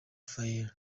faye